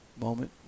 Moment